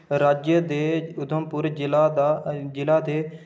राज्य दे उधमपुर जि'ला दा जि'ले दे